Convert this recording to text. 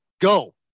go